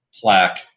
plaque